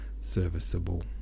serviceable